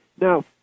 Now